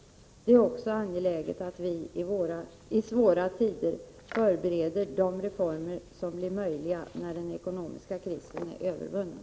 Det är också angeläget att vi i svåra tider förbereder de reformer som blir möjliga när den ekonomiska krisen är övervunnen.”